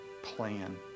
plan